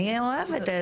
אני אוהבת את זה.